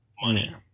money